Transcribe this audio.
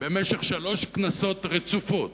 במשך שלוש כנסות רצופות,